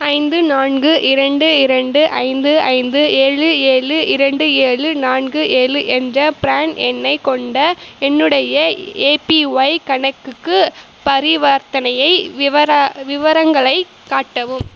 ஐந்து நான்கு இரண்டு இரண்டு ஐந்து ஐந்து ஏழு ஏழு இரண்டு ஏழு நான்கு ஏழு என்ற பிரான் எண்ணை கொண்ட என்னுடைய ஏபிஒய் கணக்குக்கு பரிவர்த்தனை விவரங்களைக் காட்டவும்